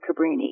Cabrini